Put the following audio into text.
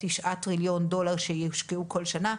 תשעה מיליון דולר שיושקעו כל שנה,